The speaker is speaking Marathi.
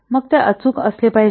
मग ते अचूक असले पाहिजे